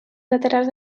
laterals